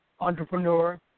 entrepreneur